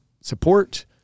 support